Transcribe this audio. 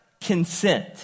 consent